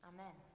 Amen